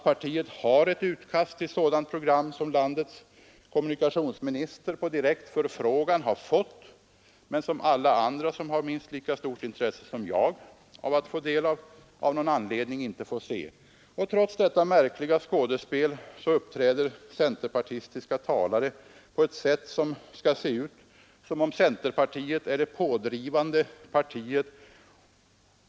Partiet har ett utkast till ett sådant program som landets kommunikationsminister på direkt förfrågan har fått men som alla andra, vilka har minst lika stort intresse som jag att ta del av det, av någon anledning inte får. Trots detta märkliga skådespel uppträder centerpartistiska talare på ett sätt som skall se ut som om centerpartiet är det pådrivande partiet.